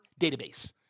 database